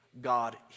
God